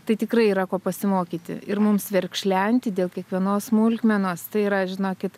tai tikrai yra ko pasimokyti ir mums verkšlenti dėl kiekvienos smulkmenos tai yra žinokit